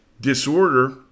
disorder